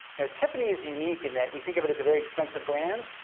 you know tiffany is unique in that we think of it as a very expensive brand,